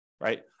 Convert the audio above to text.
right